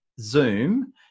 Zoom